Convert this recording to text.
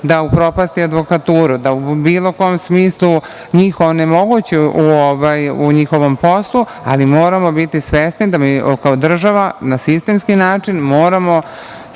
da upropasti advokaturu, da u bilo kom smislu njih onemogući u njihovom poslu, ali moramo biti svesni da mi kao država, na jedan sistemski način moramo